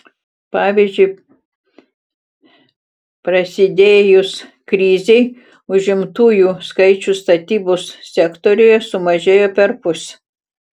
pavyzdžiui prasidėjus krizei užimtųjų skaičius statybos sektoriuje sumažėjo perpus